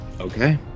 Okay